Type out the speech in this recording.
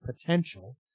potential